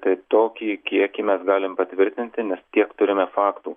tai tokį kiekį mes galim patvirtinti nes tiek turime faktų